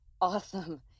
Awesome